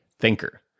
thinker